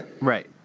Right